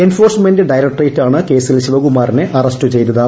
enforcement ഡയറക്ടറേറ്റാണ് കേസിൽ ശിവകുമാറിനെ അറസ്റ്റ് ചെയ്തത്